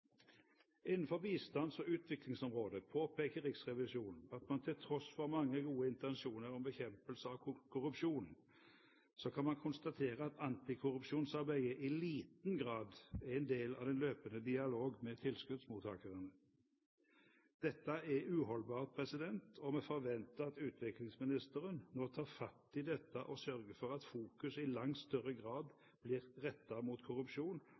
Innenfor bistands- og utviklingsområdet påpeker Riksrevisjonen at man til tross for mange gode intensjoner om bekjempelse av korrupsjon kan konstatere at antikorrupsjonsarbeidet i liten grad er en del av den løpende dialogen med tilskuddsmottakerne. Dette er uholdbart. Vi forventer at utviklingsministeren nå tar fatt i dette og sørger for at fokuset i langt større grad blir rettet mot korrupsjon,